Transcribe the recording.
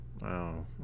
Wow